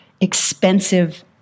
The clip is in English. expensive